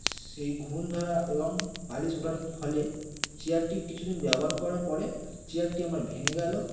সেই ঘুণ ধরা এবং পালিশ ওঠার ফলে চেয়ারটি কিছুদিন ব্যবহার করার পরে চেয়ারটি আমার ভেঙে গেল